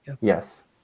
yes